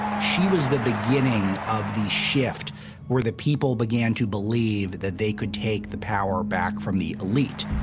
she was the beginning of the shift where the people began to believe that they could take the power back from the elite.